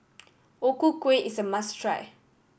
O Ku Kueh is a must try